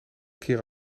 keer